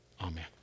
Amen